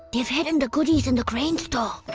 they've hidden the goodies in the grain store.